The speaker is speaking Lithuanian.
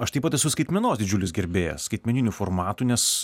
aš taip pat esu skaitmenos didžiulis gerbėjas skaitmeninių formatų nes